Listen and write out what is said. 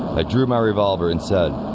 i drew my revolver and said,